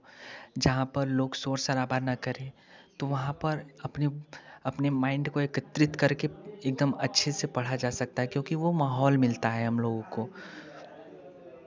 जहाँ पर लोग शोर शराबा न करें तो वहाँ पर अपने अपने माइंड को एकत्रित करके एकदम अच्छे से पढ़ा जा सकता है क्योंकि वह माहौल मिलता है हम लोगों को